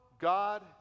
God